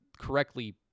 correctly